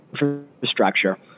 infrastructure